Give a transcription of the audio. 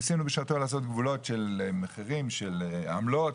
ניסינו בשעתו לעשות גבולות של מחירים, של עמלות.